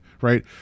right